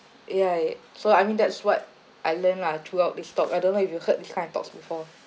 yeah so I mean that's what I learned lah throughout this talk I don't know if you heard this kind of talks before